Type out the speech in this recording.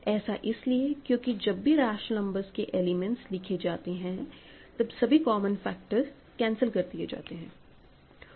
ऐसा इसलिए क्योंकि जब भी रैशनल नंबर्स के एलिमेंट्स लिखे जाते है तब सभी कॉमन फैक्टर कैंसिल कर दिए जाते हैं